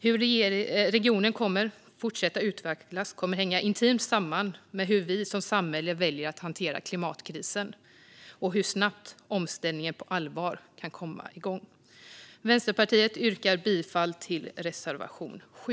Hur regionen kommer att fortsätta utvecklas kommer att hänga intimt samman med hur vi som samhälle väljer att hantera klimatkrisen och hur snabbt omställningen på allvar kan komma igång. Vänsterpartiet yrkar bifall till reservation 7.